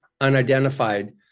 Unidentified